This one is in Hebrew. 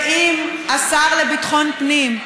ואם השר לביטחון פנים,